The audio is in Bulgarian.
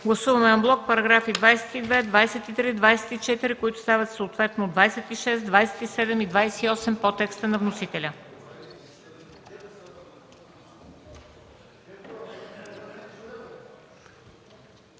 Гласуваме анблок параграфи 22, 23 и 24, които стават съответно 26, 27 и 28, по текста на вносителя.